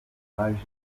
baje